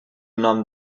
nom